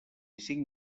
cinc